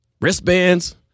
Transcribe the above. Wristbands